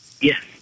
Yes